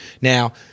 Now